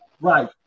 right